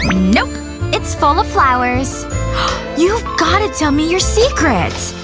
nope it's full of flowers you've got to tell me your secrets